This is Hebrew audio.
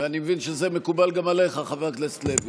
ואני מבין שזה מקובל גם על עליך, חבר הכנסת לוי.